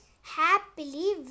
happily